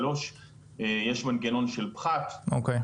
זה לא מנגנון שאתה יכול להסביר בחצי משפט.